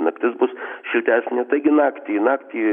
naktis bus šiltesnė taigi naktį naktį